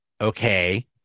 Okay